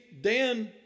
Dan